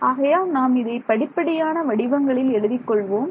ஆகையால் நாம் இதை படிப்படியான வடிவங்களில் எழுதிக் கொள்வோம்